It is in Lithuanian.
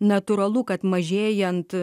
natūralu kad mažėjant